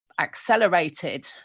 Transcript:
accelerated